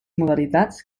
modalitats